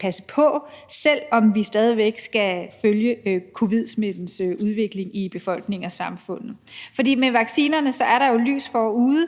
passe på, selv om vi stadig væk skal følge covid-smittens udvikling i befolkningen og samfundet. For med vaccinerne er der jo lys forude.